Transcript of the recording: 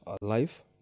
life